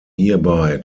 hierbei